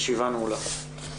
הישיבה נעולה.